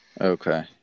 Okay